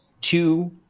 two